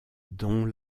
dont